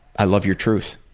love your truth.